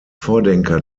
vordenker